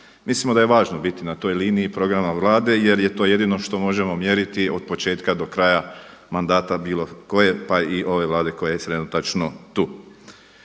Mislimo da je važno biti na toj liniji programa Vlade jer je to jedino što možemo mjeriti od početka do kraja mandata bilo koje pa i ove Vlade koja je trenutačno tu.